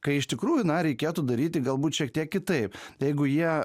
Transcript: kai iš tikrųjų na reikėtų daryti galbūt šiek tiek kitaip jeigu jie